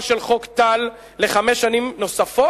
על הארכת תוקפו של חוק טל בחמש שנים נוספות,